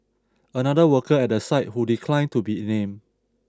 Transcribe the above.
another worker at the site who declined to be named